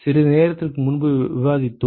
சிறிது நேரத்திற்கு முன்பு விவாதித்தோம்